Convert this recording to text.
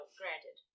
granted